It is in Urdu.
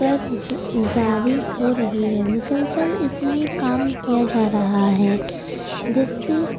پر زاری ہو رہی ہے مسلسل اس میں کام کیا جا رہا ہے جس سے